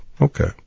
Okay